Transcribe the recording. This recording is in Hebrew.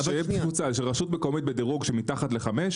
שיש קבוצה של רשות מקומית בדירוג של מתחת לחמש,